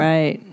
Right